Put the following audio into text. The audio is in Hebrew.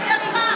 אדוני השר,